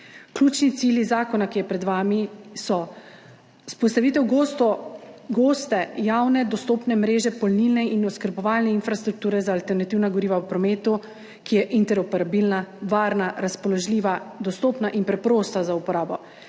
Ključni cilji zakona, ki je pred vami, so: vzpostavitev goste javno dostopne mreže polnilne in oskrbovalne infrastrukture za alternativna goriva v prometu, ki je interoperabilna, varna, razpoložljiva, dostopna in preprosta za uporabo;